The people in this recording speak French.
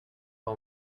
pas